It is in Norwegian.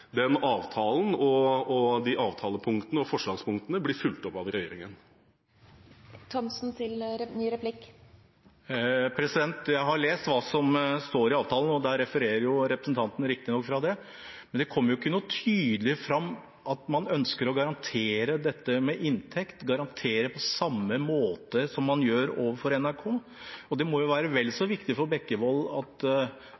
den avtalen og de avtalepunktene og forslagspunktene blir fulgt opp av regjeringen. Jeg har lest hva som står i avtalen, og representanten refererer riktignok fra det, men det kommer ikke tydelig fram at man ønsker å garantere dette med inntekt på samme måte som man gjør overfor NRK. Det må jo være vel